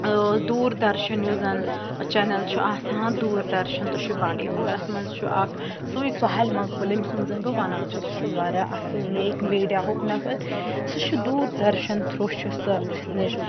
دوٗر دَرشَن یُس زَن چَنَل چھُ آسان دوٗر دَرشَن تہٕ چھُ بانٛڈی پوراہَس مَنٛز چھُ اَکھ سُے سہیل مقبول ییٚمہِ سُنٛد زَن بہٕ وَنان چھَس سُہ چھُ واریاہ اَصٕل نیک میٖڈیاہُک نَفر سُہ چھُ دوٗر دَرشَن تھرٛوٗ چھُ سُہ اَسہِ نِش